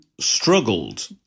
struggled